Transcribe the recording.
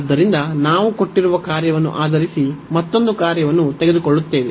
ಆದ್ದರಿಂದ ನಾವು ಕೊಟ್ಟಿರುವ ಕಾರ್ಯವನ್ನು ಆಧರಿಸಿ ಮತ್ತೊಂದು ಕಾರ್ಯವನ್ನು ತೆಗೆದುಕೊಳ್ಳುತ್ತೇವೆ